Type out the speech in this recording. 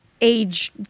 age